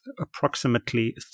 approximately